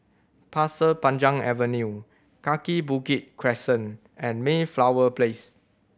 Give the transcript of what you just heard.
Pasir Panjang Avenue Kaki Bukit Crescent and Mayflower Place